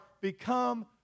become